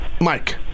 Mike